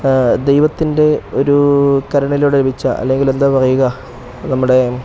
ദൈവത്തിൻ്റെ ഒരു കരണയിലൂടെ ലഭിച്ച അല്ലെങ്കിൽ എന്താ പറയാ നമ്മുടെ